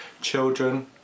children